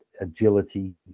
agility